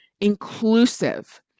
inclusive